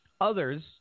Others